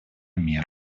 мер